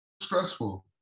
stressful